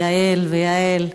יעל ויעל ושרן.